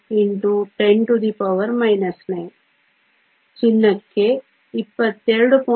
7 x 10 9 ಚಿನ್ನಕ್ಕೆ 22